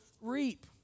reap